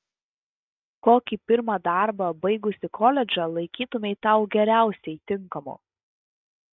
kokį pirmą darbą baigusi koledžą laikytumei tau geriausiai tinkamu